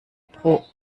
pro